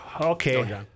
okay